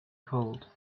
cold